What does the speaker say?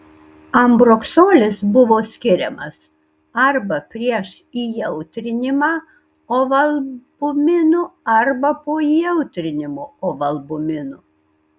ambroksolis buvo skiriamas arba prieš įjautrinimą ovalbuminu arba po įjautrinimo ovalbuminu